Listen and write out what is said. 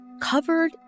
covered